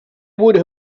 would